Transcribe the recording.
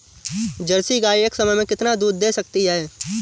Jersey गाय एक समय में कितना दूध दे सकती है?